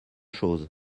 chose